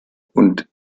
und